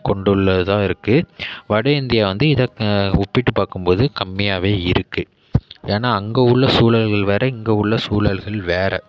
கொண்டுள்ளதா இருக்கு வடஇந்தியா வந்து இதை ஒப்பிட்டு பார்க்கும் போது கம்மியாகவே இருக்குது ஏன்னால் அங்கே உள்ள சூழல்கள் வேறு இங்கே உள்ள சூழல்கள் வேறு